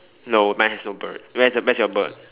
no mine has no bird where's your where's your bird